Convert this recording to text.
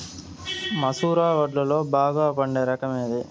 మసూర వడ్లులో బాగా పండే రకం ఏది?